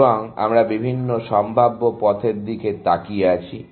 এবং আমরা বিভিন্ন সম্ভাব্য পথের দিকে তাকিয়ে আছি